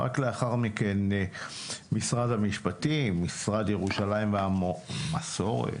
רק לאחר מכן משרד המשפטים, משרד ירושלים והמסורת.